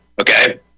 Okay